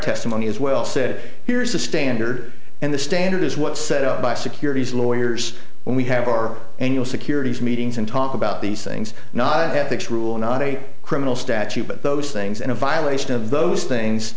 testimony as well said here's the standard and the standard is what's set up by securities lawyers when we have our annual securities meetings and talk about these things not to have this rule not a criminal statute but those things and a violation of those things